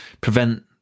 prevent